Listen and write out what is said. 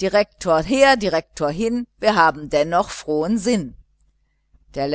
direktor her direktor hin wir haben dennoch frohen sinn